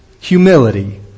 humility